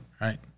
Right